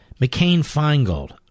McCain-Feingold